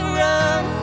run